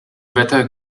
wetter